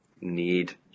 need